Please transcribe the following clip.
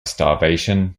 starvation